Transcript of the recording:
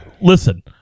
Listen